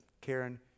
Karen